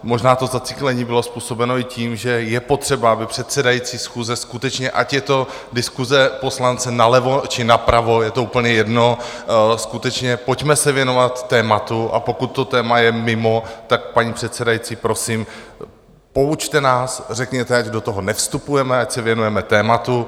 Možná to zacyklení bylo způsobeno i tím, že je potřeba, aby předsedající schůzi skutečně ať je to diskuse poslance nalevo či napravo, je to úplně jedno skutečně, pojďme se věnovat tématu, a pokud to téma je mimo, tak, paní předsedající, prosím, poučte nás, řekněte, ať do toho nevstupujeme, ať se věnujeme tématu.